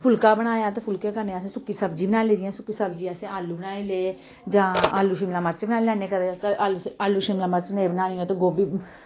फुल्का बनाया ते फुल्कै कन्नै असैं सुक्की सब्जी बनाई लेई जियां सुक्की सब्जी असैं आलू बनाई ले जां आलू शिमला मर्च बनाई लैन्ने कदे आलू आलू शिमला मर्च नेईं बनानी होऐ ते गोभी